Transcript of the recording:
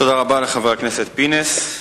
תודה רבה לחבר הכנסת פינס.